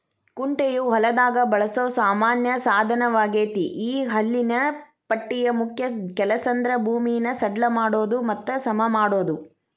ಕುಂಟೆಯು ಹೊಲದಾಗ ಬಳಸೋ ಸಾಮಾನ್ಯ ಸಾದನವಗೇತಿ ಈ ಹಲ್ಲಿನ ಪಟ್ಟಿಯ ಮುಖ್ಯ ಕೆಲಸಂದ್ರ ಭೂಮಿನ ಸಡ್ಲ ಮಾಡೋದು ಮತ್ತ ಸಮಮಾಡೋದು